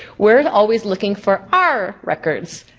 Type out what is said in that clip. we're always looking for our records.